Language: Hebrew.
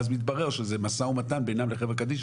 ואז מתברר שזה משא ומתן בינם לבין חבר'ה קדישא,